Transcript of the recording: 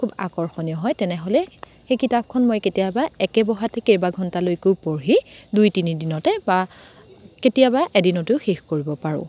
খুব আকৰ্ষণীয় হয় তেনেহ'লে সেই কিতাপখন মই কেতিয়াবা একে বহাতে কেইবাঘণ্টালৈকো পঢ়ি দুই তিনিদিনতে বা কেতিয়াবা এদিনতো শেষ কৰিব পাৰোঁ